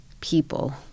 people